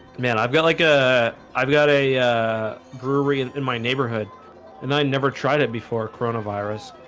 man i've got like a i've got a brewery and in my neighborhood and i never tried it before coronavirus